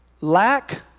lack